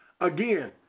Again